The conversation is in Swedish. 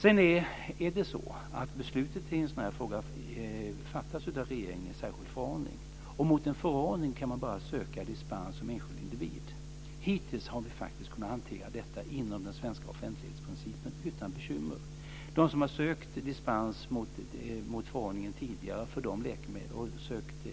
Sedan är det så att beslutet i en sådan här fråga fattas av regeringen i en särskild förordning, och när det gäller en förordning kan man bara söka dispens som enskild individ. Hittills har vi faktiskt kunnat hantera detta inom den svenska offentlighetsprincipen utan bekymmer. De som har sökt dispens från förordningen tidigare och sökt